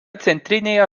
centrinėje